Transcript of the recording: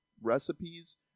recipes